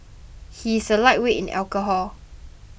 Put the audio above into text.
he is a lightweight in alcohol